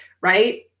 right